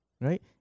Right